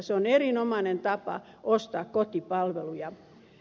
se on erinomainen tapa ostaa kotipalveluja